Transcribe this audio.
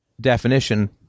definition